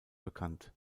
bekannt